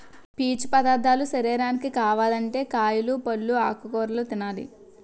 పీసు పదార్ధాలు శరీరానికి కావాలంటే కాయలు, పల్లు, ఆకుకూరలు తినాలి